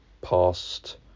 past